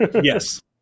Yes